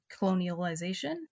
colonialization